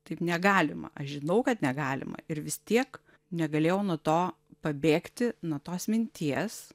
taip negalima aš žinau kad negalima ir vis tiek negalėjau nuo to pabėgti nuo tos minties